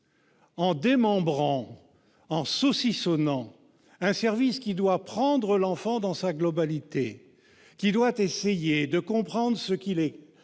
en démembrant et en saucissonnant un service qui doit prendre l'enfant dans sa globalité, essayer de comprendre qui il est,